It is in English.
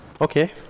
Okay